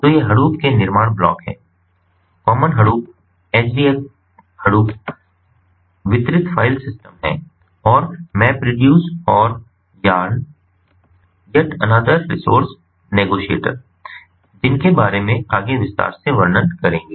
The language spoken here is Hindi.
तो ये Hadoop के निर्माण ब्लॉक हैं कॉमन Hadoop HDFs Hadoop वितरित फाइल सिस्टम है और MapReduce और YARN है जिनके बारे में आगे विस्तार से वर्णन करेंगे